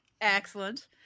Excellent